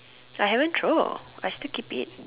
I haven't throw I still keep it